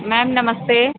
ma'am नमस्ते